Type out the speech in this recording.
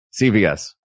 CVS